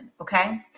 okay